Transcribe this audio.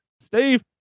Steve